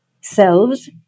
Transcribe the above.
selves